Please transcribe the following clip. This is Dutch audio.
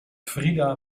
frieda